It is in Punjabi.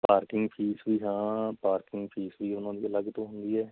ਪਾਰਕਿੰਗ ਫੀਸ ਵੀ ਹਾਂ ਪਾਰਕਿੰਗ ਫੀਸ ਵੀ ਉਹਨਾਂ ਦੀ ਅਲੱਗ ਤੋਂ ਹੁੰਦੀ ਆ